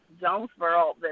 Jonesboro